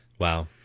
Wow